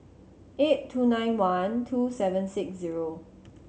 eight two nine one two seven six zero